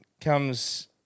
comes